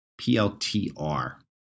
PLTR